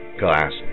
glass